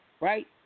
Right